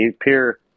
appear